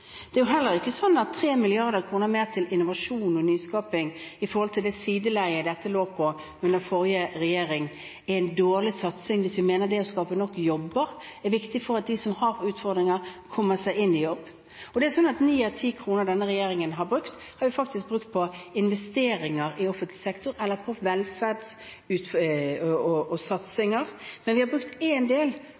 mer til innovasjon og nyskaping i forhold til det sideleiet dette lå på under forrige regjering, er ikke en dårlig satsing hvis vi mener det å skape nok jobber er viktig for at de som har utfordringer, kommer seg i jobb. 9 av 10 kr denne regjeringen har brukt, har vi faktisk brukt på investeringer i offentlig sektor eller på velferdssatsinger, men vi har brukt én del på det å gjøre Norge bedre for å starte bedrifter, fordi vi mener det er nødvendig å gjøre det. Vi har en